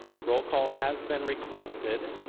roll call has been requested.